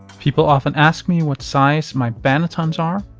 people often ask me what size my bannetons are,